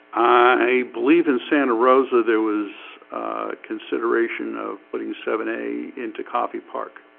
i believe in santa rosa there was consideration of putting seven a into coffee park